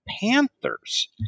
panthers